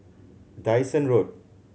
Dyson Road